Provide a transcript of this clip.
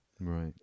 Right